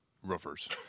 roofers